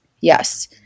Yes